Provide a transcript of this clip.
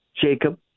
Jacob